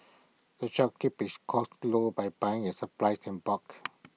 the shop keeps its costs low by buying its supplies in bulk